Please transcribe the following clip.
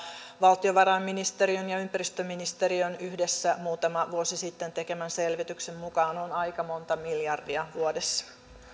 valtiovarainministeriön ja ympäristöministeriön yhdessä muutama vuosi sitten tekemän selvityksen mukaan on aika monta miljardia vuodessa